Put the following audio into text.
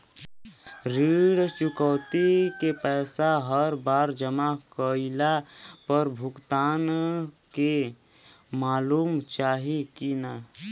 ऋण चुकौती के पैसा हर बार जमा कईला पर भुगतान के मालूम चाही की ना?